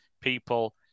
people